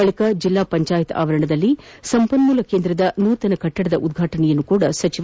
ಬಳಿಕ ಜಿಲ್ಲಾ ಪಂಚಾಯತ್ ಆವರಣದಲ್ಲಿ ಸಂಪನ್ನೂಲ ಕೇಂದ್ರದ ನೂತನ ಕಟ್ಟಡದ ಉದ್ವಾಟನೆಯನ್ನು ಸಚಿವ ಕೆ